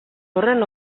horren